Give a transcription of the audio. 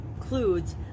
includes